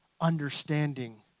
understanding